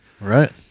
Right